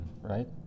right